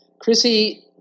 Chrissy